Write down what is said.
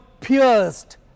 pierced